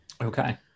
Okay